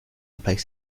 replace